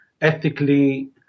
ethically